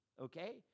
okay